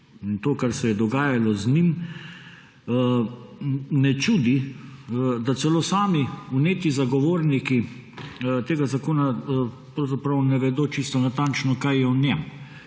to, kar se je dogajalo z njim, ne čudi, da celo sami neki zagovorniki tega zakona pravzaprav ne vedo čisto natančno, kaj je v njem,